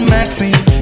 Maxine